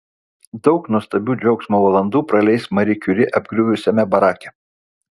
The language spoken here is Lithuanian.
daug nuostabių džiaugsmo valandų praleis mari kiuri apgriuvusiame barake